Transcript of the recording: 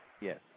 yes